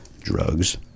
drugs